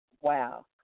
Wow